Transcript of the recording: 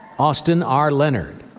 austin r. leonard,